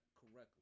correctly